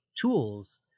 tools